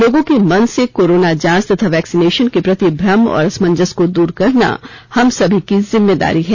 लोगों के मन से कोरोना जांच तथा वैक्सीनेशन के प्रति भ्रम और असमंजस को दूर करना हम सभी की जिम्मेदारी है